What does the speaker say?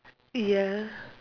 ya